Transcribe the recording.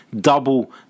double